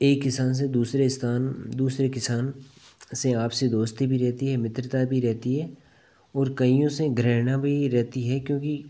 एक किसान से दूसरे स्थान दूसरे किसान से आपसी दोस्ती भी रहती है मित्रता भी रहती है और कइयों से घृणा भी रहती है क्योंकि